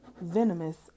venomous